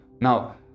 Now